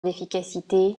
efficacité